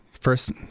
first